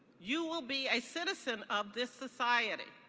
you will be a citizen of this society,